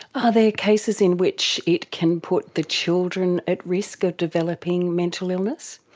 are they cases in which it can put the children at risk of developing mental illness?